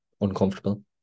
uncomfortable